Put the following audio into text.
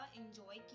enjoy